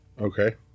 Okay